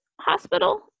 hospital